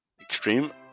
Extreme